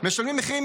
משלמים מחירים,